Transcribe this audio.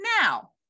Now